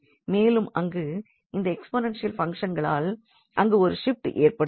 மேலும் அங்கு இந்த ஏக்ஸ்போனென்ஷியல் பங்க்ஷனால் அங்கு ஒரு ஷிப்ட் ஏற்படும்